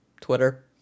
Twitter